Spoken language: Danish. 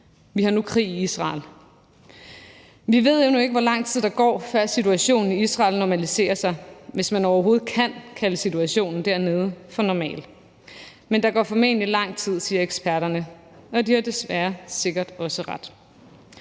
Vi har nu krig i Israel. Vi ved endnu ikke, hvor lang tid der går, før situationen i Israel normaliserer sig, hvis man overhovedet kan kalde situationen dernede for normal. Der går formentlig lang tid, siger eksperterne, og de har desværre sikkert også ret.